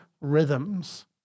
rhythms